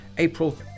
April